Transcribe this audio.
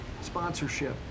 sponsorship